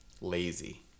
lazy